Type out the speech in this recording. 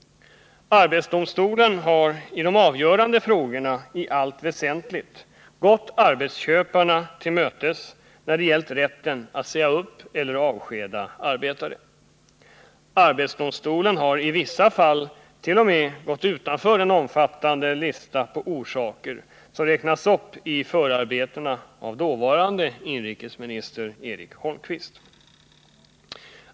Arbetsdomstolen har i de avgörande frågorna i allt väsentligt gått arbetsköparna till mötes när det gällt rätten att säga upp eller avskeda arbetare. AD har i vissa fall t.o.m. gått utanför den omfattande lista på orsaker som räknas upp i förarbetena av dåvarande inrikesministern Eric Holmqvist.